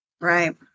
Right